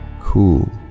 cool